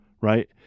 right